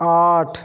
आठ